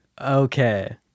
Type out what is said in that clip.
Okay